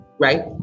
right